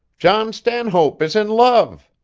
john stanhope is in love!